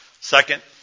Second